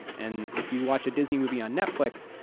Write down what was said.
and if you watch a disney movie on netflix,